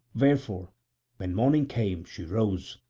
wherefore when morning came she rose,